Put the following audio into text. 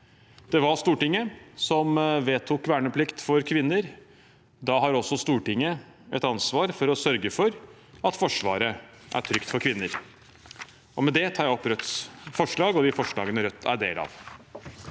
Det var Stortinget som vedtok verneplikt for kvinner. Da har også Stortinget et ansvar for å sørge for at Forsvaret er trygt for kvinner. Med det tar jeg opp Rødts forslag. Presidenten